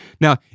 now